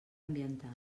ambiental